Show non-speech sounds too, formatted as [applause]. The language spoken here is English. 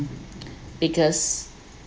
[breath] because